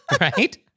Right